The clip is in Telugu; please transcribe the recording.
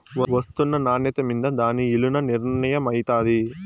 ఒస్తున్న నాన్యత మింద దాని ఇలున నిర్మయమైతాది